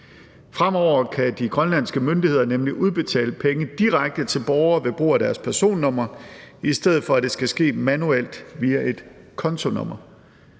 Fremover kan de grønlandske myndigheder nemlig udbetale penge direkte til borgere ved brug af deres personnummer, i stedet for at det skal ske manuelt via et kontonummer.